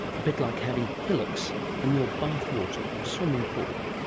a bit like having hillocks in your bathwater or swimming pool.